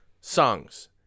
songs